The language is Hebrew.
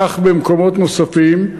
כך במקומות נוספים,